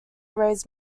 raise